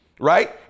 right